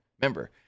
Remember